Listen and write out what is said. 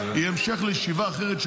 הישיבה הזאת היא המשך לישיבה אחרת,